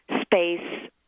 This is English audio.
space